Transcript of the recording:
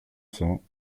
cents